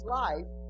life